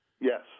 Yes